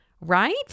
right